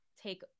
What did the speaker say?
take